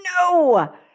No